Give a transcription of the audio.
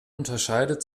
unterscheidet